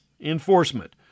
enforcement